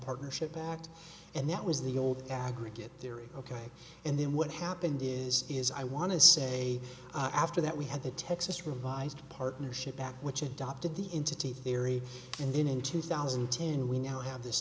partnership act and that was the old aggregate theory ok and then what happened is is i want to say after that we had the texas revised partnership back which adopted the into t theory and then in two thousand and ten we now have this